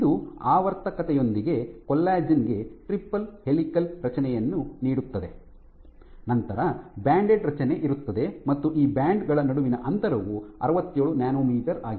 ಇದು ಆವರ್ತಕತೆಯೊಂದಿಗೆ ಕೊಲ್ಲಾಜೆನ್ ಗೆ ಟ್ರಿಪಲ್ ಹೆಲಿಕಲ್ ರಚನೆಯನ್ನು ನೀಡುತ್ತದೆ ನಂತರ ಬ್ಯಾಂಡೆಡ್ ರಚನೆ ಇರುತ್ತದೆ ಮತ್ತು ಈ ಬ್ಯಾಂಡ್ ಗಳ ನಡುವಿನ ಅಂತರವು ಅರವತ್ತೇಳು ನ್ಯಾನೊಮೀಟರ್ ಆಗಿದೆ